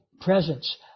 presence